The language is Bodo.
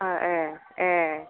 ए ए